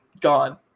Gone